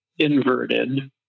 Inverted